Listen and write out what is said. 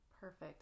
perfect